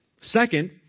Second